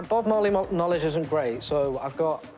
bob marley marley knowledge isn't great, so i've got.